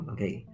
Okay